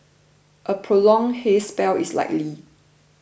a prolonged haze spell is likely